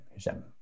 j'aime